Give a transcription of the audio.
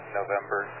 November